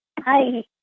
Hi